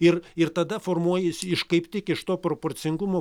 ir ir tada formuojasi iš kaip tik iš to proporcingumo